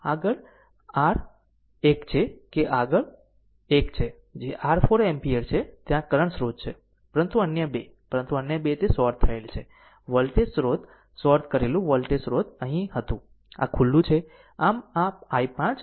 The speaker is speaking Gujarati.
આગળ આ r એક છે કે આગળ આ એક છે કે r 4 એમ્પિયર છે ત્યાં કરંટ સ્રોત છે પરંતુ અન્ય 2 પરંતુ અન્ય 2 તે શોર્ટ થયેલ છે વોલ્ટેજ સ્રોત શોર્ટ કરેલું વોલ્ટેજ સ્રોત અહીં હતું અને આ ખુલ્લું છે